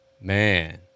man